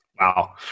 Wow